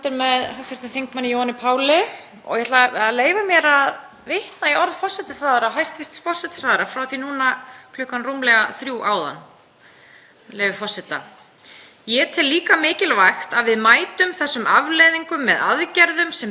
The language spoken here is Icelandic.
leyfi forseta: „Ég tel líka mikilvægt að við mætum þessum afleiðingum með aðgerðum sem beinast að tilteknum hópum, ekki endilega flötum aðgerðum sem dreifast jafnt á alla, heldur einmitt svona markmiðssettum aðgerðum.“ Hér